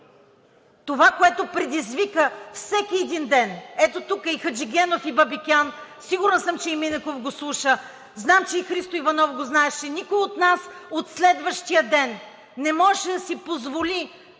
това, което предизвика всеки един ден, ето тук е и Хаджигенов, и Бабикян, сигурна съм, че и Минеков го слуша, знам, че и Христо Иванов го знаеше, никой от нас от следващия ден не можеше да си позволи